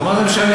אבל מה משנה,